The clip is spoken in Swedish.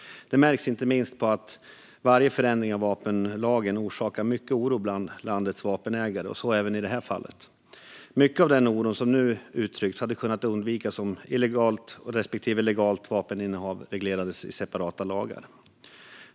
Det märks inte minst på att varje förändring av vapenlagen orsakar mycket oro bland landets legala vapenägare - så även i det här fallet. Mycket av den oro som nu uttryckts hade kunnat undvikas om illegalt respektive legalt vapeninnehav reglerades i separata lagar.